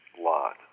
lot